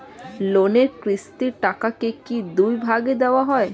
লোনের কিস্তির টাকাকে কি দুই ভাগে দেওয়া যায়?